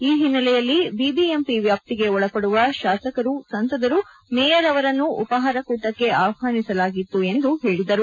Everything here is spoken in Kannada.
ಈ ಹಿನ್ನಲೆಯಲ್ಲಿ ಬಿಬಿಎಂಪಿ ವ್ಯಾಪ್ತಿಗೆ ಒಳಪಡುವ ಶಾಸಕರುಸಂಸದರು ಮೇಯರ್ ಅವರನ್ನು ಉಪಹಾರ ಕೂಟಕ್ಷೆ ಆಹ್ವಾನಿಸಲಾಗಿತ್ತು ಎಂದು ಹೇಳದರು